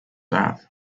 app